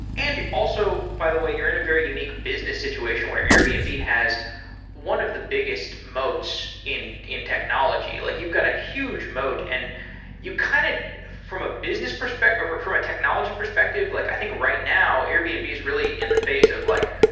and also, by the way, you're in a very unique business situation, where airbnb has one of the biggest moats in in technology. like you've got a huge moat and you kind of from a business perspective, or from a technology perspective, like i think right now, airbnb is really in the phase of like,